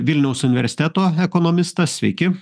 vilniaus universiteto ekonomistas sveiki